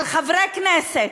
על חברי כנסת,